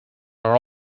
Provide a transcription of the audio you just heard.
are